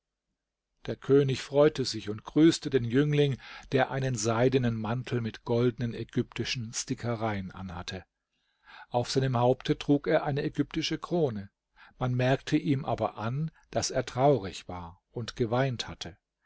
der könig freute sich und grüßte den jüngling der einen seidenen mantel mit goldnen ägyptischen stickereien anhatte auf seinem haupte trug er eine ägyptische krone man merkte ihm aber an daß er traurig war und geweint hatte